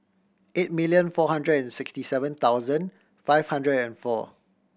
eight million four hundred and sixty seven thousand five hundred and four